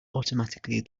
automatically